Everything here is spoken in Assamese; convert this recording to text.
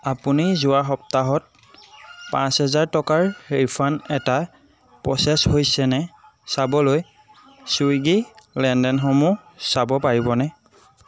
আপুনি যোৱা সপ্তাহত পাঁচ হাজাৰ টকাৰ ৰিফাণ্ড এটা প্ৰ'চেছ হৈছেনে চাবলৈ চুইগি লেনদেনসমূহ চাব পাৰিবনে